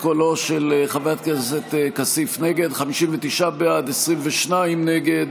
חברת הכנסת עאידה תומא סלימאן, 59 בעד, 23 נגד,